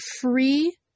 free